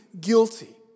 guilty